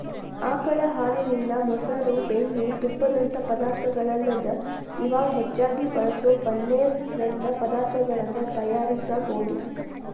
ಆಕಳ ಹಾಲಿನಿಂದ, ಮೊಸರು, ಬೆಣ್ಣಿ, ತುಪ್ಪದಂತ ಪದಾರ್ಥಗಳಲ್ಲದ ಇವಾಗ್ ಹೆಚ್ಚಾಗಿ ಬಳಸೋ ಪನ್ನೇರ್ ನಂತ ಪದಾರ್ತಗಳನ್ನ ತಯಾರಿಸಬೋದು